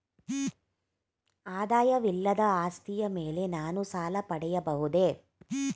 ಆದಾಯವಿಲ್ಲದ ಆಸ್ತಿಯ ಮೇಲೆ ನಾನು ಸಾಲ ಪಡೆಯಬಹುದೇ?